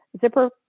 zipper